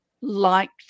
liked